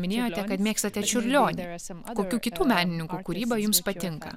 minėjote kad mėgstate čiurlionį kokių kitų menininkų kūryba jums patinka